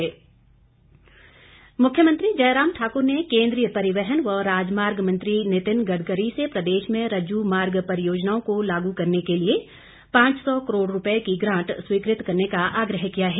मुख्यमंत्री मुख्यमंत्री जयराम ठाकुर ने केंद्रीय परिवहन व राजमार्ग मंत्री नितिन गडकरी से प्रदेश में रज्जू मार्ग परियोजनाओं को लागू करने के लिए पांच सौ करोड़ रुपए की ग्रांट स्वीकृत करने का आग्रह किया है